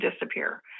disappear